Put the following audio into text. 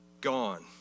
gone